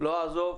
לא אעזוב,